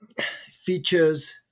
Features